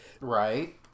Right